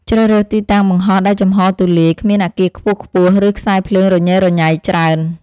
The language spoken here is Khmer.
ជ្រើសរើសទីតាំងបង្ហោះដែលចំហរទូលាយ គ្មានអាគារខ្ពស់ៗ ឬខ្សែភ្លើងរញ៉េរញ៉ៃច្រើន។